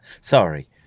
Sorry